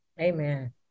Amen